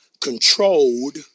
Controlled